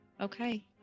Okay